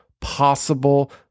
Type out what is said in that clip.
possible